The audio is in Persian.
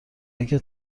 اگه